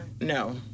no